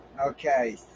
Okay